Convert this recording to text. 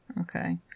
Okay